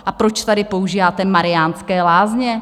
A proč tady používáte Mariánské Lázně?